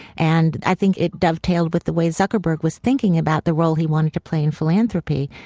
and i think it dovetailed with the way zuckerberg was thinking about the role he wanted to play in philanthropy,